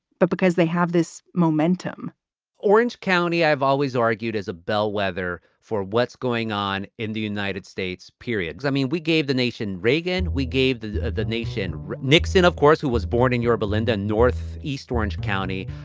but because they have this momentum orange county, i've always argued as a bellwether for what's going on in the united states, period. i mean, we gave the nation reagan. we gave the the nation nixon, of course, who was born in yorba linda, north east orange county.